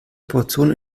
portion